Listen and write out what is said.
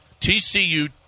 TCU